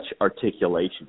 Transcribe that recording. articulation